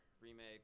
remake